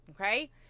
Okay